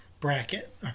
bracket